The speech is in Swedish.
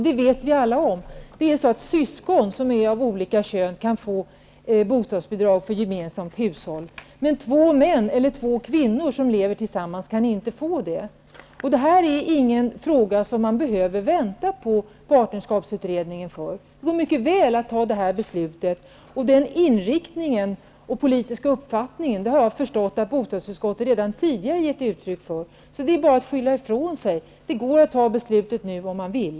Det vet vi alla om. Syskon som är av olika kön kan få bostadsbidrag till gemensamt hushåll. Men två män eller två kvinnor som lever tillsammans kan inte få det. Detta är ingen fråga som man behöver invänta partnerskapsutredningen för att fatta beslut om. Det går mycket väl att fatta detta beslut. Den inriktningen och politiska uppfattningen har jag förstått att bostadsutskottet redan tidigare har gett uttryck för. Det innebär bara att man skyller ifrån sig. Det går att fatta beslut nu om man vill.